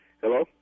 hello